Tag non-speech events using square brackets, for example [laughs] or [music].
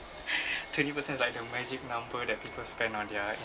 [laughs] twenty percent is like the magic number that people spend on their